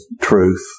truth